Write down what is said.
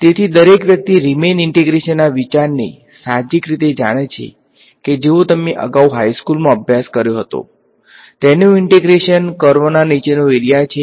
તેથી દરેક વ્યક્તિ રીમેન ઈંટેગ્રેશનના વિચારને સાહજિક રીતે જાણે છે જેનો તમે અગાઉ હાઇ સ્કૂલમાં અભ્યાસ કર્યો હતો તેનું ઈંટેગ્રેશન કર્વના નિચેનો એરીયા છે